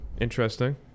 Interesting